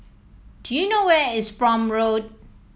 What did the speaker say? do you know where is Prome Road